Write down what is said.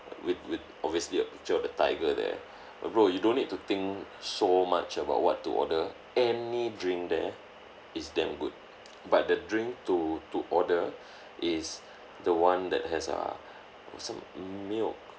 with with obviously a picture of the tiger there uh bro you don't need to think so much about what to order any drink there is damn good but the drink to to order is the one that has uh some milk